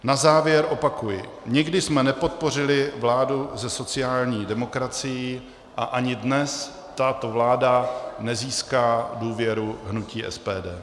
Na závěr opakuji nikdy jsme nepodpořili vládu se sociální demokracií a ani dnes tato vláda nezíská důvěru hnutí SPD.